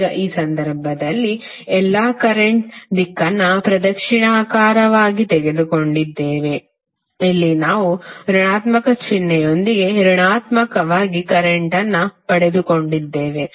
ಈಗ ಈ ಸಂದರ್ಭದಲ್ಲಿ ಎಲ್ಲಾ ಕರೆಂಟ್ ದಿಕ್ಕನ್ನು ಪ್ರದಕ್ಷಿಣಾಕಾರವಾಗಿ ತೆಗೆದುಕೊಂಡಿದ್ದೇವೆ ಇಲ್ಲಿ ನಾವು ಋಣಾತ್ಮಕ ಚಿಹ್ನೆಯೊಂದಿಗೆ ಋಣಾತ್ಮಕವಾಗಿ ಕರೆಂಟ್ ಅನ್ನು ಪಡೆದುಕೊಂಡಿದ್ದೇವೆ